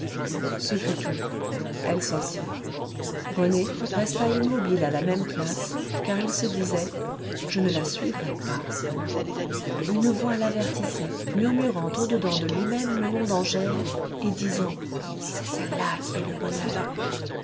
ce fut tout elle sortit rené resta immobile à la même place car il se disait je ne la suivrai pas une voix l'avertissait murmurant au dedans de lui-même le nom d'angèle et disant c'est celle-là qui est le bonheur